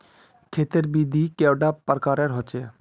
खेत तेर विधि कैडा प्रकारेर होचे?